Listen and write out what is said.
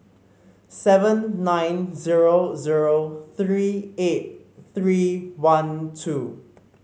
seven nine zero zero three eight three one two